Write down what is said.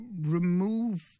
remove